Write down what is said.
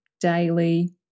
daily